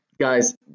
guys